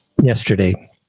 yesterday